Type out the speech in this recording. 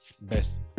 Best